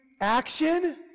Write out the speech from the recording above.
action